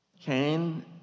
Cain